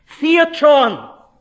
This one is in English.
theatron